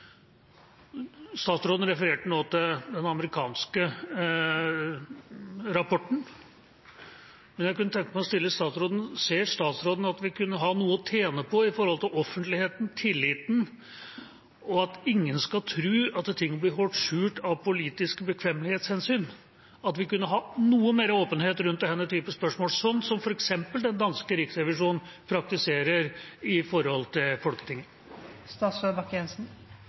Statsråden refererte nå til den amerikanske rapporten. Jeg kunne tenke meg å spørre statsråden: Ser statsråden at vi kunne ha noe å tjene på med tanke på offentligheten, tilliten – at ingen skal tro at ting blir holdt skjult av politiske bekvemmelighetshensyn – noe mer åpenhet rundt denne type spørsmål, sånn som f.eks. den danske riksrevisjonen praktiserer overfor Folketinget? Ja, jeg har både stor forståelse for og er helt enig i